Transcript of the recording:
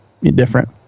different